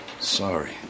sorry